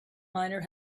miner